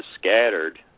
scattered